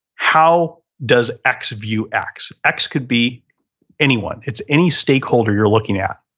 how does x view x? x could be anyone. it's any stakeholder you're looking at.